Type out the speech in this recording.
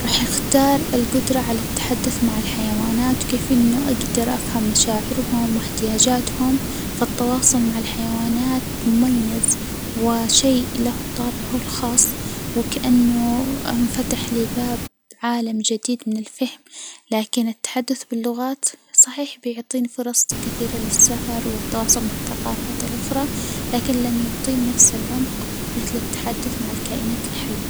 راح اختار الجدرة على التحدث مع الحيوانات، كيف إنه أجدر أفهم مشاعرهم واحتياجاتهم، فالتواصل مع الحيوانات مميز وشئ له طابعه الخاص، وكأنه انفتح لي باب عالم جديد من الفهم، لكن التحدث باللغات صحيح بيعطيني فرص كثيرة للسفر والتواصل مع الثجافات الأخرى، لكن لن يعطيني نفس العمج مثل التحدث مع الكائنات الحية.